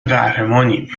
قهرمانی